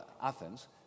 Athens